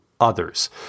others